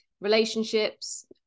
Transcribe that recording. relationships